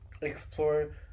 explore